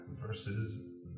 versus